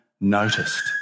noticed